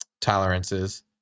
tolerances